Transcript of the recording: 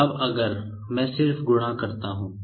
अब अगर मैं सिर्फ गुणा करता हूं